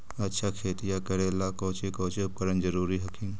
अच्छा खेतिया करे ला कौची कौची उपकरण जरूरी हखिन?